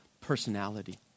personality